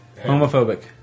Homophobic